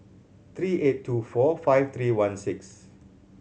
three eight two four five three one six